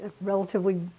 relatively